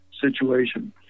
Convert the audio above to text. situation